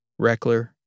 Reckler